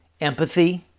Empathy